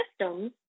systems